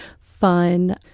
fun